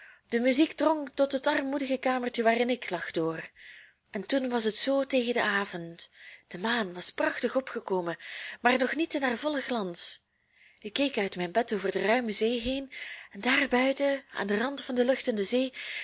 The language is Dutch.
de muziek drong tot het armoedige kamertje waarin ik lag door en toen was het zoo tegen den avond de maan was prachtig opgekomen maar nog niet in haar vollen glans ik keek uit mijn bed over de ruime zee heen en daar buiten aan den rand van de lucht en de zee